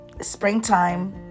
springtime